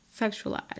sexualized